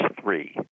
three